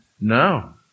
No